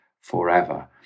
forever